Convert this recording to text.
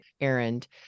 errand